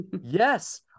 Yes